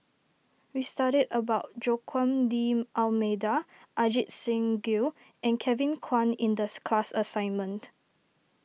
we studied about Joaquim D'Almeida Ajit Singh Gill and Kevin Kwan in this class assignment